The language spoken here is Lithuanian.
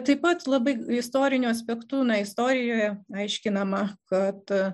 taip pat labai istoriniu aspektu na istorijoje aiškinama kad